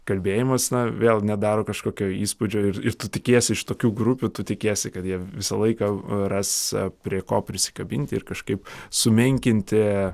kalbėjimas na vėl nedaro kažkokio įspūdžio ir ir tu tikiesi iš tokių grupių tu tikiesi kad jie visą laiką ras prie ko prisikabinti ir kažkaip sumenkinti